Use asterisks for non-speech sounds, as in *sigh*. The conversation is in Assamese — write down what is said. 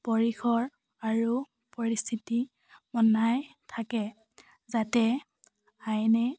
পৰিসৰ আৰু পৰিস্থিতি *unintelligible* থাকে যাতে আইনে